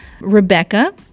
rebecca